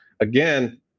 again